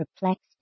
perplexed